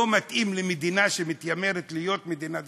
לא מתאים למדינה שמתיימרת להיות מדינה דמוקרטית.